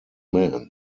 man